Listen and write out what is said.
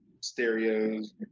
stereos